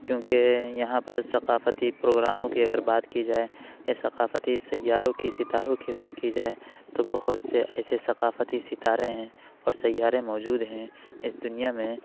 کیونکہ یہاں پر ثقافتی پروگراموں کی اگر بات کی جائے یا ثقافتی سیاروں کی ستاروں کی بات کی جائے تو بہت سے ایسے ثقافتی ستارے ہیں اور سیارے موجود ہیں اس دنیا میں